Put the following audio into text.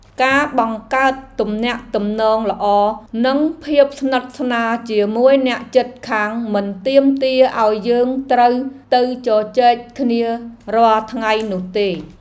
ការបង្កើតទំនាក់ទំនងល្អនិងភាពស្និទ្ធស្នាលជាមួយអ្នកជិតខាងមិនទាមទារឱ្យយើងត្រូវទៅជជែកគ្នារាល់ថ្ងៃនោះទេ។